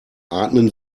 atmen